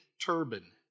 turban